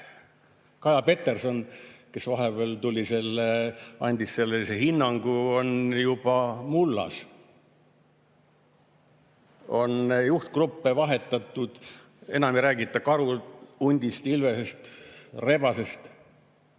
Kaja Peterson, kes vahepeal andis sellele hinnangu, on juba mullas. On juhtgruppe vahetatud, enam ei räägita karust, hundist, ilvesest ega rebasest.